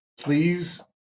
please